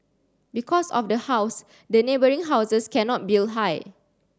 because of the house the neighbouring houses cannot build high